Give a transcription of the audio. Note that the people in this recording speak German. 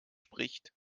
spricht